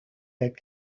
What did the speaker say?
that